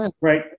right